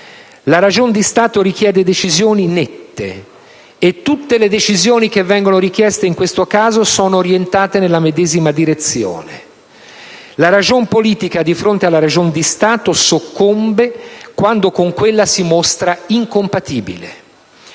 La ragion di Stato richiede decisioni nette e tutte le decisioni che vengono richieste in questo caso sono orientate nella medesima direzione. La ragion politica soccombe di fronte alla ragion di Stato, quando con questa si mostra incompatibile.